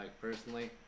personally